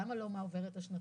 למה לא מה עוברת השנתיים?